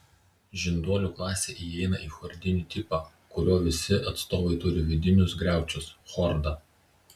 žinduolių klasė įeina į chordinių tipą kurio visi atstovai turi vidinius griaučius chordą